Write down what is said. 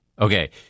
Okay